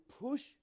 push